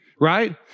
right